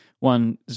One